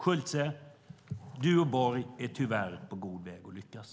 Schulte, du och Borg är tyvärr på god väg att lyckas.